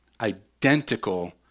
identical